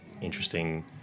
interesting